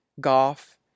golf